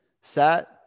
set